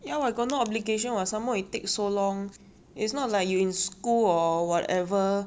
ya [what] got no obligation [what] some more you take so long it's not like you in school or whatever